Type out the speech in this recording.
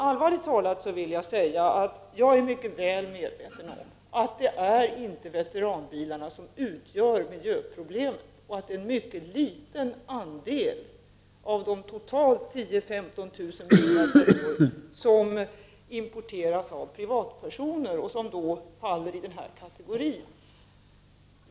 Allvarligt talat vill jag säga att jag är mycket väl medveten om att det inte är veteranbilarna som är något miljöproblem och att dessa utgör en mycket liten andel av de totalt 10.000 å 15 000 bilar som varje år importeras av privatpersoner och som alltså faller under denna kategori.